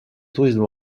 tourisme